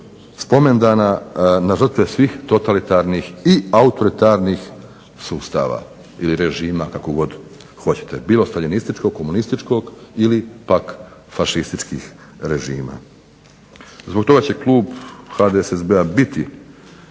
spomendana na žrtve svih totalitarnih i autoritarnih sustava ili režima kako god hoćete bilo staljinističkog, komunističkog ili pak fašističkih režima. Zbog toga će klub HDSSB-a biti,